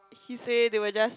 he say they were just